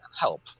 help